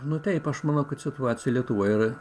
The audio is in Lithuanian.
nu taip aš manau kad situacija lietuvoje yra